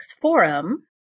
forum